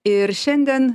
ir šiandien